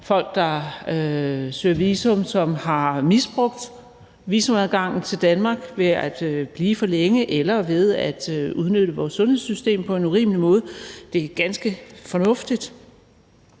folk, der søger visum, som har misbrugt visumadgangen til Danmark ved at blive for længe eller ved at udnytte vores sundhedssystem på en urimelig måde, er ganske fornuftigt.